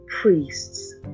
priests